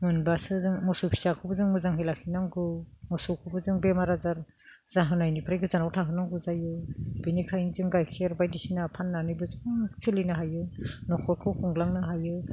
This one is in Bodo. मोनबासो जों मोसौ फिसाखौबो जों मोजांहै लाखिनांगौ मोसौखौबो जों बेमार आजार जाहोनायनिफ्राय गोजानाव थाहोनांगौ जायो बेनिखायनो जों गाइखेर बायदिसिना फाननानैबो जों सोलिनो हायो न'खरखौ खुंलांनो हायो